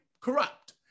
corrupt